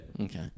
Okay